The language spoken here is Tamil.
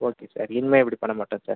ஓகே சார் இனிமேல் இப்படி பண்ணமாட்டேன் சார்